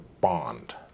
bond